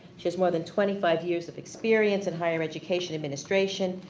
she has more than twenty five years of experience in higher education administration,